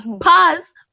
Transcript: Pause